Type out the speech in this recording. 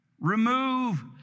Remove